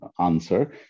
answer